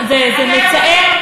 זה מצער.